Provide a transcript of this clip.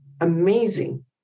amazing